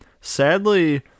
Sadly